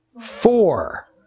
Four